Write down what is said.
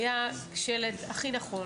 היה שלט הכי נכון